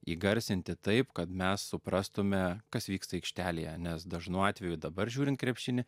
įgarsinti taip kad mes suprastume kas vyksta aikštelėje nes dažnu atveju dabar žiūrint krepšinį